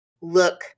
look